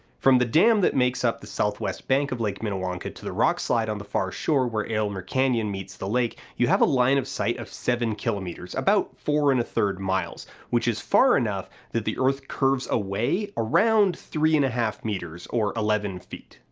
from the dam that makes up the south-west bank of lake minnewanka to the rock slide on the far shore where aylmer canyon meets the lake, you have a line of sight of seven kilometres, about four and a third miles, which is far enough that the earth curves away around three and a half metres, or eleven feet.